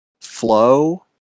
flow